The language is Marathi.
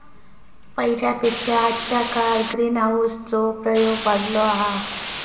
पहिल्या पेक्षा आजच्या काळात ग्रीनहाऊस चो प्रयोग वाढलो हा